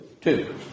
Two